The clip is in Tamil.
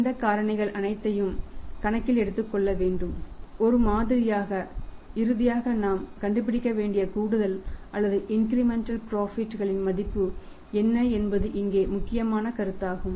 இந்த காரணிகள் அனைத்தையும் கணக்கில் எடுத்துக்கொள்ள வேண்டும் ஒரு மாதிரியாக இறுதியாக நாம் கண்டுபிடிக்க வேண்டியது கூடுதல் அல்லது இன்கிரிமெண்டல் புரோஃபிட் களின் மதிப்பு என்ன என்பது இங்கே முக்கியமான கருத்தாகும்